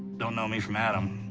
don't know me from adam,